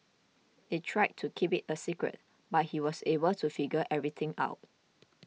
they tried to keep it a secret but he was able to figure everything out